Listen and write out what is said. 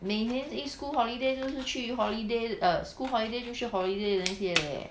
每年一 school holiday 都是去 holiday err school holiday 就去 holiday 的那些 leh